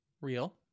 Real